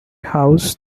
housed